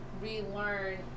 relearn